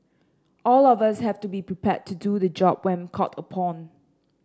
all of us have to be prepared to do the job when called upon